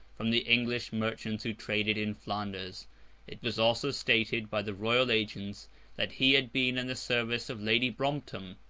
from the english merchants who traded in flanders it was also stated by the royal agents that he had been in the service of lady brompton,